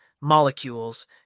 molecules